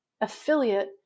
affiliate